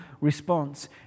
response